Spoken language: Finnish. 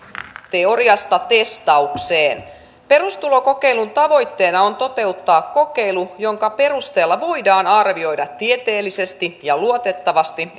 teoriasta testaukseen perustulokokeilun tavoitteena on toteuttaa kokeilu jonka perusteella voidaan arvioida tieteellisesti ja luotettavasti